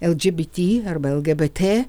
lgbt arba lgbt